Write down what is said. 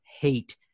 hate